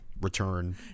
return